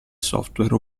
software